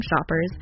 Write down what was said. shoppers